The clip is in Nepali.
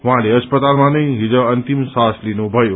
उहाँले अस्पतालमा नै हिज अन्तिम श्वास लिनु भयो